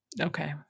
Okay